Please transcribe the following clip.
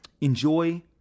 Enjoy